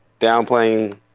downplaying